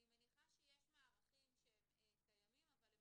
אני מניחה שיש מערכים שהם קיימים אבל הם